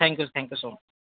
thank you thank you so much